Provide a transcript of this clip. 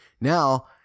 Now